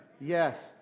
Yes